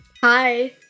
Hi